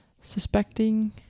suspecting